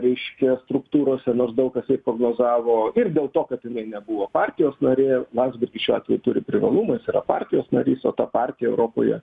reiškia struktūrose nors daug kas jai prognozavo ir dėl to kad nebuvo partijos narė landsbergis šiuo atveju turi privalumą jis yra partijos narys o ta partija europoje